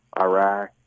Iraq